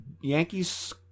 Yankees